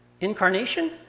Incarnation